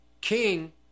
king